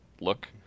look